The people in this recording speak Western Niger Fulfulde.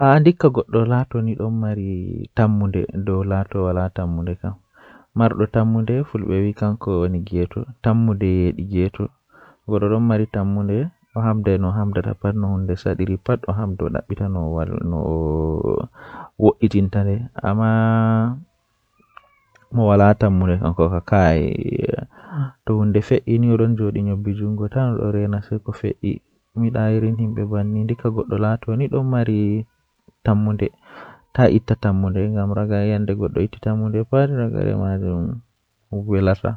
Wakkati gotel jei mi Wala sa'a kannjum woni Ko ɓeɓe woni ngam miɗo njogii baddaande fow, ɗum woni tawaareeji ngal. Nde mi ɓuri wonugol anndude e makko, ɓuri ndiyam kala no waawataa. Ko tigi mi haɗi fiya ɗum ko waawataa wuro wante.